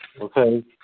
okay